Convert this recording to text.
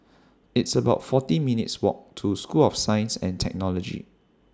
It's about forty minutes' Walk to School of Science and Technology